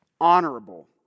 honorable